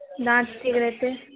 दाँत ठीक रहितै